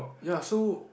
ya so